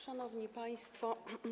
Szanowni Państwo!